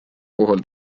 puhul